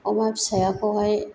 अमा फिसाखौहाय